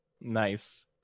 Nice